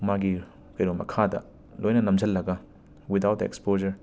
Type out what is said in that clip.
ꯃꯥꯒꯤ ꯀꯩꯅꯣ ꯃꯈꯥꯗ ꯂꯣꯏꯅ ꯅꯝꯁꯤꯜꯂꯒ ꯋꯤꯗꯥꯎꯠ ꯗ ꯑꯦꯛꯁꯄꯣꯖꯔ